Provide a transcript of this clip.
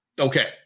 Okay